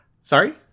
sorry